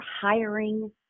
hiring